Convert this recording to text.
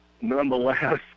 Nonetheless